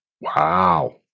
Wow